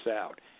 out